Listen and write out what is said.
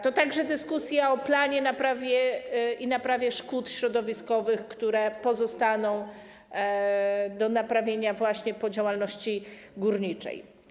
To także dyskusja o planie i naprawie szkód środowiskowych, które pozostaną do naprawienia właśnie po działalności górniczej.